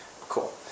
Cool